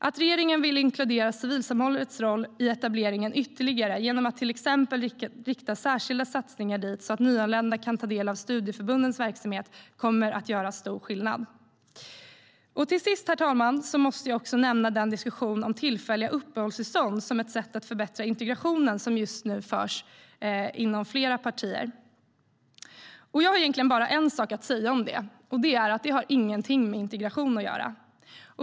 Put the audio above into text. Att regeringen vill inkludera civilsamhällets roll i etableringen ytterligare genom att till exempel rikta särskilda satsningar dit, så att nyanlända kan ta del av studieförbundens verksamhet, kommer att göra stor skillnad. Herr talman! Till sist måste jag också nämna den diskussion om tillfälliga uppehållstillstånd som ett sätt att förbättra integrationen som just nu förs inom flera partier. Jag har egentligen bara en sak att säga om det, nämligen att det inte har någonting med integration att göra.